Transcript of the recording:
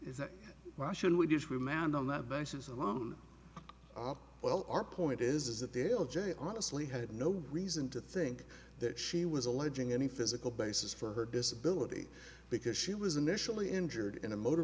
is that why should we just remand on that basis alone well our point is that the l j honestly had no reason to think that she was alleging any physical basis for her disability because she was initially injured in a motor